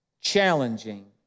challenging